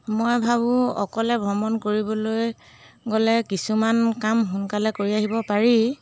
মই ভাবোঁ অকলে ভ্ৰমণ কৰিবলৈ গ'লে কিছুমান কাম সোনকালে কৰি আহিব পাৰি